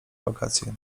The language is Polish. wakacje